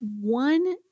One